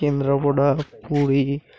Kendrapara Puri